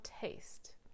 taste